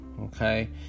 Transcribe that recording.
Okay